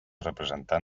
representat